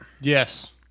Yes